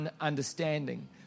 understanding